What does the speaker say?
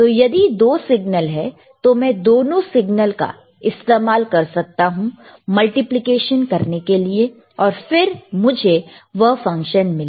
तो यदि दो सिग्नल है तो मैं दोनों सिग्नल का इस्तेमाल कर सकता हूं मल्टीप्लिकेशन करने के लिए और फिर मुझे वह फंक्शन मिलेगा